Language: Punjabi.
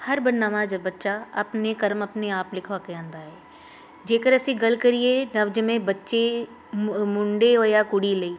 ਹਰ ਬ ਨਵਾਂ ਬੱਚਾ ਆਪਣੇ ਕਰਮ ਆਪਣੇ ਆਪ ਲਿਖਵਾ ਕੇ ਆਉਂਦਾ ਹੈ ਜੇਕਰ ਅਸੀਂ ਗੱਲ ਕਰੀਏ ਨਵਜੰਮੇ ਬੱਚੇ ਮੋ ਮੁੰਡੇ ਹੋਏ ਜ਼ਾਂ ਕੁੜੀ ਲਈ